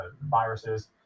viruses